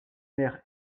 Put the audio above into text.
maire